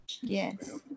yes